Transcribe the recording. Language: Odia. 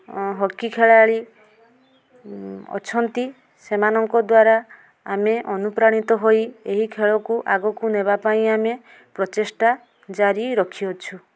ହକି ଖେଳାଳି ଅଛନ୍ତି ସେମାନଙ୍କ ଦ୍ଵାରା ଆମେ ଅନୁପ୍ରାଣିତ ହୋଇ ଏହି ଖେଳକୁ ଆଗକୁ ନେବା ପାଇଁ ଆମେ ପ୍ରଚେଷ୍ଟା ଜାରି ରଖିଅଛୁ